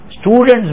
students